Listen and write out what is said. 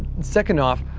second off,